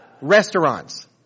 restaurants